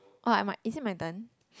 !wah! my is it my turn